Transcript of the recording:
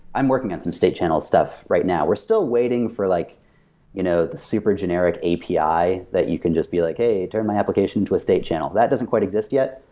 i'm working at some state channel stuff right now. we're still waiting for like you know the super generic api that you can just be like, hey, turn my application to a state channel. that doesn't quite exist yet.